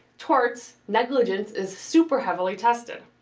torts. negligence is super heavily tested.